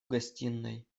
гостиной